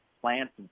plants